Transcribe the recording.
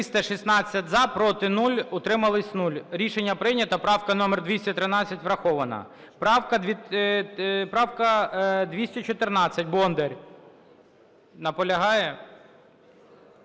За-316 Проти – 0, утримались – 0. Рішення прийнято. Правка номер 213 врахована. Правка 214, Бондар. Наполягає?